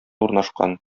урнашкан